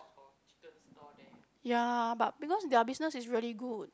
ya but because their business is really good